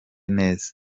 neza